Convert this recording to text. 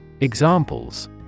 Examples